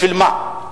בשביל מה?